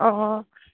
অঁ